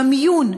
במיון,